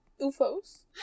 Ufos